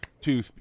Two